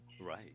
Right